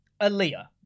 Aaliyah